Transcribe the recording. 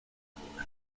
renewable